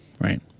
Right